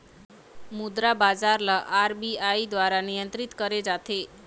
मुद्रा बजार ल आर.बी.आई दुवारा नियंत्रित करे जाथे